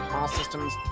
systems